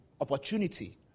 opportunity